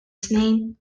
snin